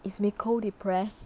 is micole depressed